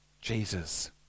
Jesus